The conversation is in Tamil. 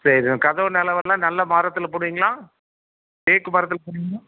சரிங்க கதவு நிலவெல்லாம் நல்ல மரத்தில் போடுவீங்களா தேக்கு மரத்தில் போடுவீங்களா